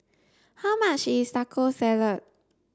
how much is Taco Salad